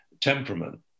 temperament